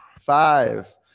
Five